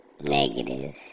negative